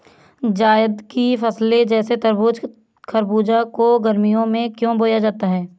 जायद की फसले जैसे तरबूज़ खरबूज को गर्मियों में क्यो बोया जाता है?